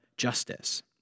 justice